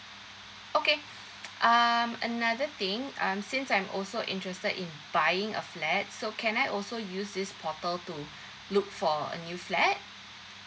okay um another thing I'm since I'm also interested in buying a flat so can I also use this portal to look for a new flat